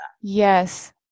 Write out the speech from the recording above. Yes